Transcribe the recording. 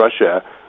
Russia